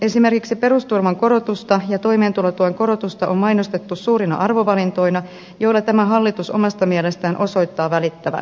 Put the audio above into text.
esimerkiksi perusturvan korotusta ja toimeentulotuen korotusta on mainostettu suurina arvovalintoina joilla tämä hallitus omasta mielestään osoittaa välittävänsä